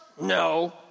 no